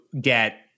get